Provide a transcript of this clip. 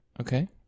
okay